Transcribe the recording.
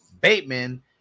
Bateman